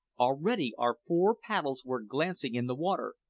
already our four paddles were glancing in the water,